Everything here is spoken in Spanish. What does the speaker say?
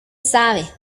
sabe